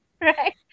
right